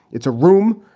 it's a room.